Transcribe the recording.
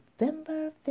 November